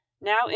Now